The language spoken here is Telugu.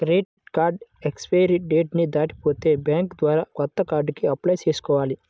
క్రెడిట్ కార్డు ఎక్స్పైరీ డేట్ ని దాటిపోతే బ్యేంకు ద్వారా కొత్త కార్డుకి అప్లై చేసుకోవాలి